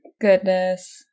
goodness